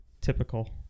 typical